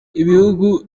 bihugu